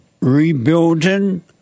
Rebuilding